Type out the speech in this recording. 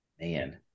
Man